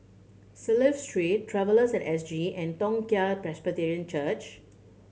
Clive Street Travellers at S G and Toong Chai Presbyterian Church